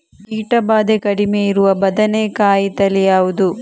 ಕೀಟ ಭಾದೆ ಕಡಿಮೆ ಇರುವ ಬದನೆಕಾಯಿ ತಳಿ ಯಾವುದು?